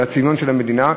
על הציונות של המדינה.